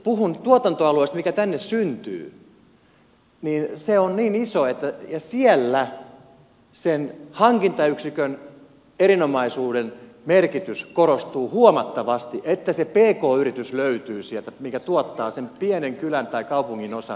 puhun tuotantoalueesta mikä tänne syntyy se on niin iso ja siellä sen hankintayksikön erinomaisuuden merkitys korostuu huomattavasti se että sieltä löytyy se pk yritys mikä tuottaa sen pienen kylän tai kaupunginosan palvelun